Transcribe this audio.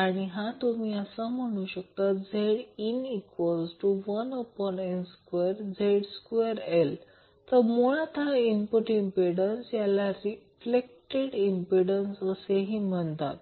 आणि येथे तुम्ही म्हणू शकता Zin1n2ZL2 तर मुळात हा इनपुट इंम्प्पिडन्स याला रिफ्लेक्टेड इंम्प्पिडन्स असेही म्हणतात